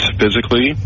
physically